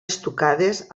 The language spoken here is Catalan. estucades